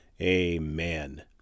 amen